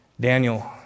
Daniel